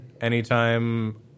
anytime